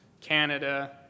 Canada